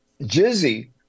Jizzy